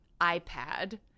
iPad